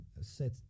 set